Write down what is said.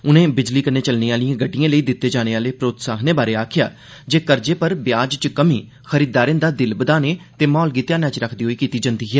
उनें बिजली कन्नै चलने आलियें गड्डियें लेई दिते जाने आले प्रोत्साहनें बारै आक्खेया जे कर्जें पर ब्याज च कमी खरीददारें दा दिल बदाने ते माहौल गी ध्यान च रक्खदे होई कीती जंदी ऐ